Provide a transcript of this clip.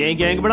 ah gang, but